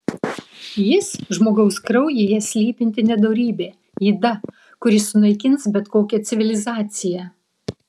jis žmogaus kraujyje slypinti nedorybė yda kuri sunaikins bet kokią civilizaciją